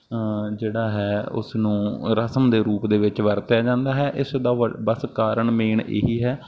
ਜਿਹੜਾ ਹੈ ਉਸ ਨੂੰ ਰਸਮ ਦੇ ਰੂਪ ਦੇ ਵਿੱਚ ਵਰਤਿਆ ਜਾਂਦਾ ਹੈ ਇਸ ਦਾ ਬਸ ਕਾਰਣ ਮੇਨ ਇਹ ਹੀ ਹੈ